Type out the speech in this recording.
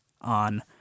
on